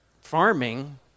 farming